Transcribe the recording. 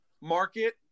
market